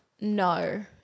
no